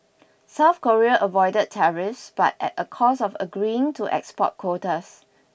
South Korea avoided tariffs but at a cost of agreeing to export quotas